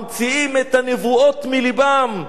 ממציאים את הנבואות מלבם,